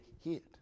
hit